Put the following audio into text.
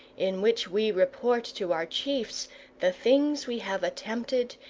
in which we report to our chiefs the things we have attempted,